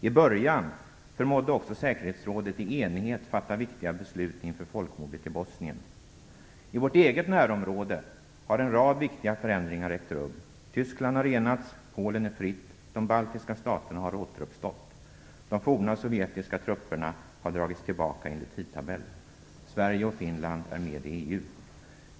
I början förmådde också säkerhetsrådet i enighet fatta viktiga beslut inför folkmordet i Bosnien. I vårt eget närområde har en rad viktiga förändringar ägt rum. Tyskland har enats. Polen är fritt. De baltiska staterna har återuppstått. De forna sovjetiska trupperna har dragits tillbaka enligt tidtabell. Sverige och Finland är med i EU.